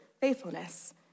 faithfulness